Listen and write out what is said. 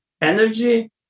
energy